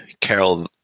Carol